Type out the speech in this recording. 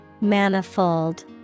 Manifold